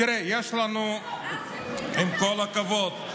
תראה, עם כל הכבוד,